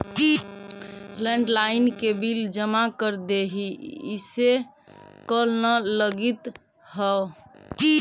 landline के bill जमा कर देहीं, इसे कॉल न लगित हउ